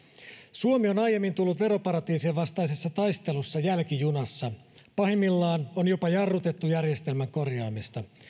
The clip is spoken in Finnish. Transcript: suomi on aiemmin tullut veroparatiisien vastaisessa taistelussa jälkijunassa pahimmillaan on jopa jarrutettu järjestelmän korjaamista